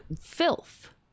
filth